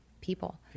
people